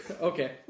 Okay